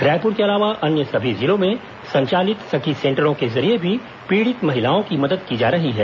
रायपुर के अलावा अन्य सभी जिलों में संचालित सखी सेंटरों के जरिये भी पीड़ित महिलाओं की मदद की जा रही है